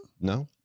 no